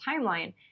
timeline